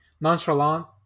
nonchalant